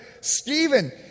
Stephen